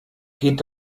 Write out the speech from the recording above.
geht